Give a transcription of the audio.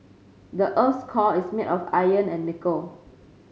the earth's core is made of iron and nickel